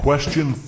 Question